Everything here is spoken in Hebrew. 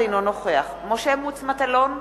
אינו נוכח משה מטלון,